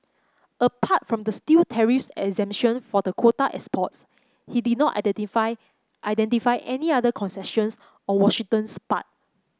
apart from the steel tariffs exemption for the quota exports he did not identify identify any other concessions on Washington's part